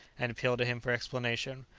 and appeal to him for explanation,